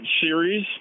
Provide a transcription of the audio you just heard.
series